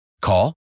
Call